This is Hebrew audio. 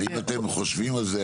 האם אתם חושבים על זה?